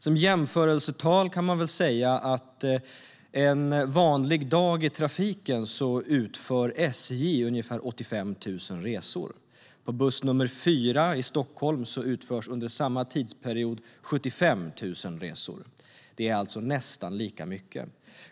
Som jämförelsetal kan man säga att en vanlig dag i trafiken utför SJ ungefär 85 000 resor. På buss nr 4 i Stockholm utförs under samma tidsperiod 75 000 resor. Det är nästan lika mycket.